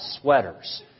sweaters